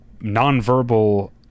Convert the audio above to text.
nonverbal